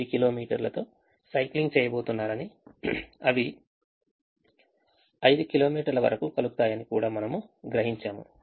5 కిలోమీటర్లతో సైక్లింగ్ చేయబోతున్నారని అవి 5 కిలోమీటర్ల వరకు కలుపుతాయని కూడా మనము గ్రహించాము